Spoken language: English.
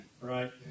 Right